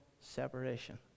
separation